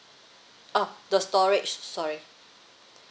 ah the storage sorry